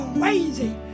crazy